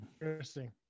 Interesting